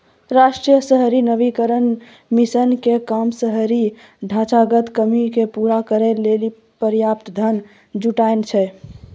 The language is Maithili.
राष्ट्रीय शहरी नवीकरण मिशन के काम शहरी ढांचागत कमी के पूरा करै लेली पर्याप्त धन जुटानाय छै